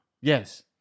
Yes